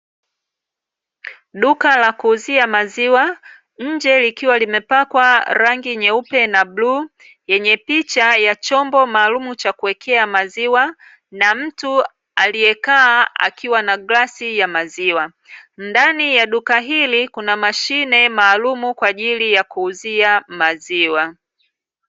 Duka la kuuzia maziwa, nje likiwa limepakwa rangi nyeupe na bluu, yenye picha ya chombo maalumu cha kuwekea maziwa na mtu aliyekaa akiwa na glasi ya maziwa. Ndani ya duka hili kuna mashine maalumu kwa ajili ya kuuzia maziwa.